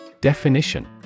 Definition